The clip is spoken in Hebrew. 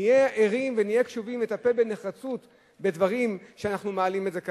נהיה ערים ונהיה קשובים לטפל בנחרצות בדברים כשאנחנו מעלים אותם כאן.